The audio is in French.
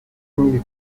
mille